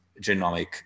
genomic